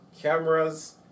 cameras